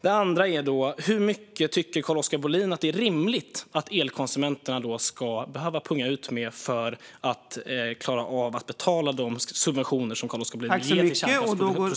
Den andra var: Hur mycket tycker Carl-Oskar Bohlin att det är rimligt att elkonsumenterna ska behöva punga ut med för att klara av att betala de subventioner som Carl-Oskar Bohlin vill ge till kärnkraftsproducenterna?